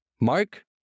Mark